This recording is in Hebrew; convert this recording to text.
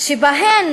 שבהם